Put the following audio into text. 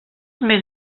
més